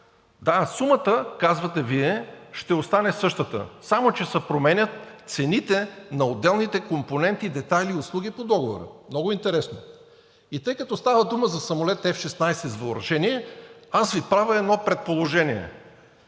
Да, сумата, казвате Вие, ще остане същата. Само че се променят цените на отделните компоненти, детайли и услуги по договора. Много интересно. И тъй като става дума за самолет F-16 с въоръжение, аз Ви правя едно предположение